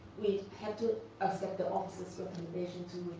we have to accept the officer's recommendation to